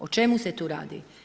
O čemu se tu radi?